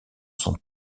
sont